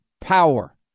power